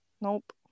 Nope